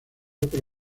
por